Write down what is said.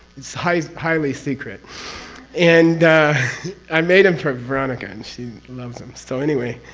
it's highly highly secret and i made them for veronica and she loves them. so anyway.